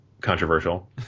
controversial